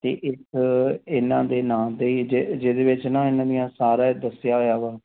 ਅਤੇ ਇਸ ਇਹਨਾਂ ਦੇ ਨਾਂ 'ਤੇ ਹੀ ਜੇ ਜਿਹਦੇ ਵਿੱਚ ਨਾ ਇਹਨਾਂ ਦੀਆਂ ਸਾਰਾ ਇਹ ਦੱਸਿਆ ਹੋਇਆ ਵਾ